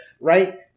right